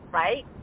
right